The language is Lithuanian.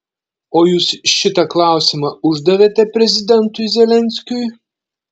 o jūs šitą klausimą uždavėte prezidentui zelenskiui